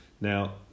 Now